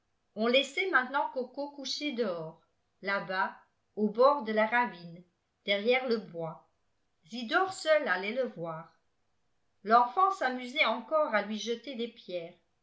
on laissait maintenant coco coucher dehors là-bas au bord de la ravine derrière le bois zidore seul allait le voir l'enfant s'amusait encore à hii jeter des pierres